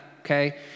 okay